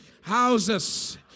Houses